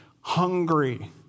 hungry